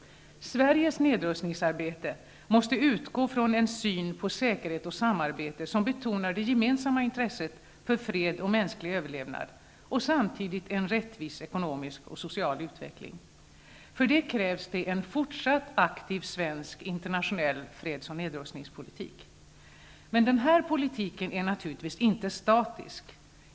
Sveriges nedrustningsarbete måste utgå från en syn på säkerhet och samarbete, som betonar det gemensamma intresset för fred och mänsklig överlevnad och samtidigt en rättvis ekonomisk och social utveckling. För detta krävs en fortsatt aktiv svensk internationell freds och nedrustningspolitik. Denna politik är naturligtvis inte statisk.